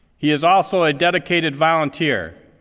he is also a dedicated volunteer.